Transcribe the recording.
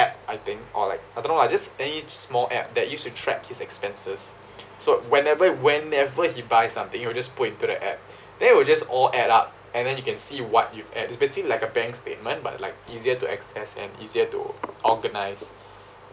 app I think or like I don't know lah just any small app that he use to track his expenses so whenever whenever he buy something he will just put into the app then it will just all add up and then you can see what you've add it's been seem like a bank statement but like easier to access and easier to organize